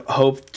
hope